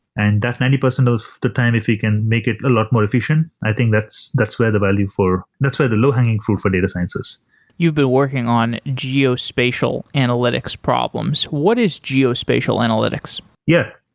and that ninety percent of the time if we can make it a lot more efficient, i think that's that's where the value for that's where the low hanging fruit for data science is you've been working on geospatial analytics problems. what is geospatial analytics? yeah.